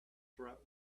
threat